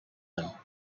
him